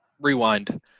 rewind